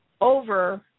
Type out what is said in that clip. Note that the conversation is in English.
over